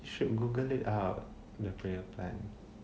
should google it up the prayer plant